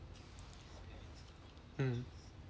mm